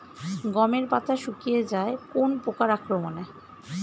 গমের পাতা শুকিয়ে যায় কোন পোকার আক্রমনে?